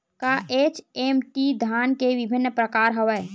का एच.एम.टी धान के विभिन्र प्रकार हवय?